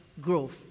growth